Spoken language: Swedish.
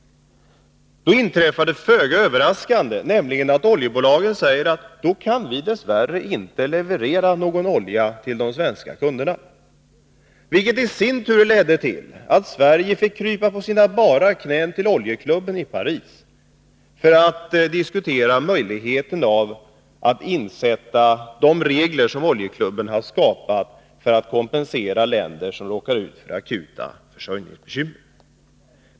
Då inträffade något föga överraskande, nämligen att oljebolagen sade: Då kan vi dess värre inte leverera någon olja till de svenska kunderna. Det ledde i sin tur till att Sverige fick krypa på sina bara knän till oljeklubben i Paris för att diskutera möjligheten av att tillämpa de regler som oljeklubben har skapat för att kompensera länder som har råkat ut för akuta försörjningsbekymmer.